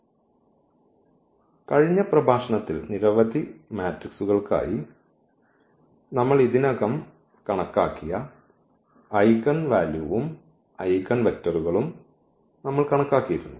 അതിനാൽ കഴിഞ്ഞ പ്രഭാഷണത്തിൽ നിരവധി മെട്രിക്സുകൾക്കായി നമ്മൾ ഇതിനകം കണക്കാക്കിയ ഐഗൻവാലുവും ഐഗൻവെക്റ്ററുകളും നമ്മൾ കണക്കാക്കിയിരുന്നു